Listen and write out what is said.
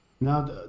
Now